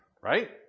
right